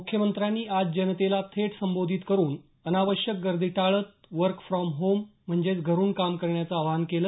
मुख्यमंत्र्यांनी आज जनतेला थेट संबोधित करून अनावश्यक गर्दी टाळत वर्क फ्रॉम होम म्हणजेच घरून काम करण्याचं आवाहन केलं